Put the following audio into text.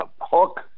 hook